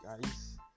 guys